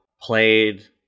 played